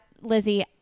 Lizzie